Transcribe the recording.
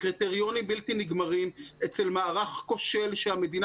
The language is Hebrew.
קריטריונים בלתי נגרמים אצל מערך כושל שהמדינה